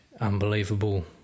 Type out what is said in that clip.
unbelievable